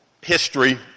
history